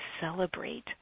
celebrate